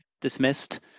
dismissed